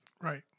right